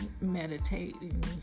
meditating